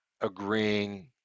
agreeing